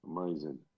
Amazing